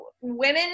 women